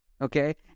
okay